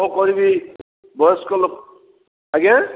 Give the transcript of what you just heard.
କଣ କରିବି ବୟସ୍କ ଲୋକ ଆଜ୍ଞା